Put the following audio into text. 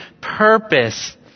purpose